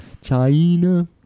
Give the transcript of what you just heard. China